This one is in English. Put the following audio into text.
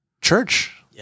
church